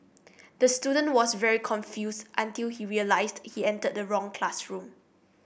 the student was very confused until he realised he entered the wrong classroom